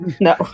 No